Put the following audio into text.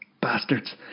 Bastards